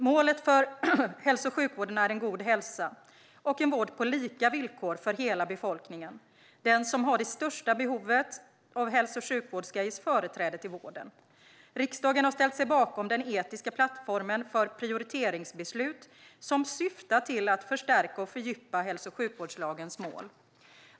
Målet för hälso och sjukvården är en god hälsa och en vård på lika villkor för hela befolkningen. Den som har det största behovet av hälso och sjukvård ska ges företräde till vården. Riksdagen har ställt sig bakom den etiska plattformen för prioriteringsbeslut, som syftar till att förstärka och fördjupa hälso och sjukvårdslagens mål.